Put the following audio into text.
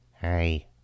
Hi